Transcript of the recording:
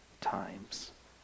times